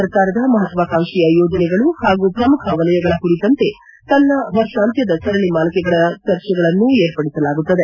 ಸರ್ಕಾರದ ಮಹತ್ವಕಾಂಕ್ಷಿಯ ಯೋಜನೆಗಳು ಹಾಗೂ ಪ್ರಮುಖ ವಲಯಗಳ ಕುರಿತಂತೆ ತನ್ನ ವರ್ಷಾಂತ್ವದ ಸರಣಿ ಮಾಲಿಕೆಗಳಲ್ಲಿ ಚರ್ಚೆಗಳನ್ನು ವಿರ್ಪಡಿಸಲಾಗುತ್ತದೆ